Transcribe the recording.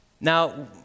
Now